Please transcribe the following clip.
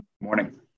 morning